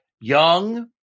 young